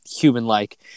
human-like